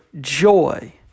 joy